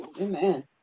Amen